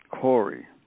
Corey